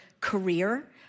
career